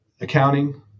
accounting